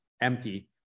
empty